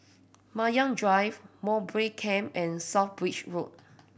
Banyan Drive Mowbray Camp and South Bridge Road